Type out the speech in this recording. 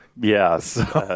Yes